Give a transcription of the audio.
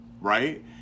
right